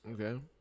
Okay